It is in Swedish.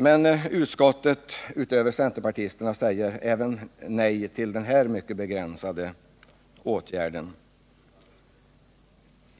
Men utskottet — med undantag för centerpartisterna — säger nej till den här mycket begränsade åtgärden.